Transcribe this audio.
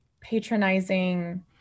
patronizing